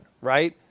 right